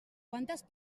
quantes